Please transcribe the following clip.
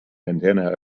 bandanna